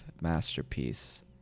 masterpiece